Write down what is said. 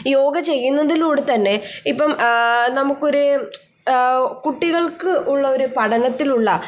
യോഗ ചെയ്യുന്നതിലൂടെ തന്നെ ഇപ്പം നമുക്കൊരു കുട്ടികൾക്ക് ഉള്ള ഒരു പഠനത്തിലുള്ള